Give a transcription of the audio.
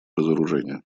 разоружению